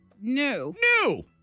new